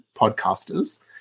podcasters